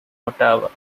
ottawa